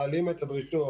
מעלים את הדרישות